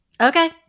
Okay